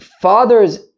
father's